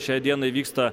šiai dienai vyksta